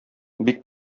бик